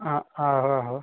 हां आहो आहो